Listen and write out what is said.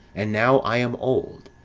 and now i am old,